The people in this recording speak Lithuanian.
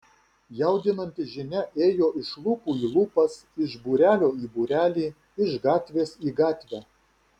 jaudinanti žinia ėjo iš lūpų į lūpas iš būrelio į būrelį iš gatvės į gatvę